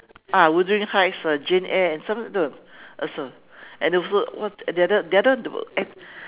ah wuthering heights jane eyre and some other also and also the other the other eh